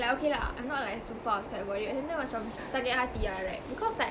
like okay lah I'm not like super upset about it ah tapi um macam sakit hati ah like because like